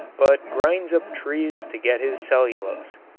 but grinds up trees to get his cellulose.